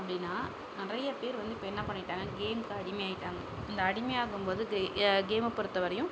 அப்படின்னா நிறையா பேர் வந்து இப்போ என்ன பண்ணிட்டாங்க கேம்க்கு அடிமை ஆகிட்டாங்க இந்த அடிமையாகும்போது கே கேமை பொறுத்தவரையும்